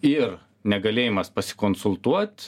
ir negalėjimas pasikonsultuot